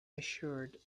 assured